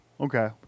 Okay